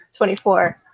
24